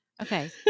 Okay